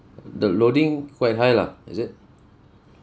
the loading quite high lah is it